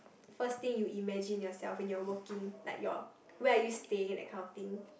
first thing you imagine yourself when you're working like your where are you staying that kind of thing